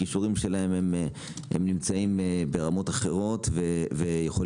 הכישורים שלהן נמצאים ברמות אחרות ויכול